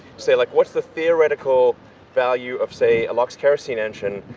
say like, what's the theoretical value of, say a lox kerosene engine,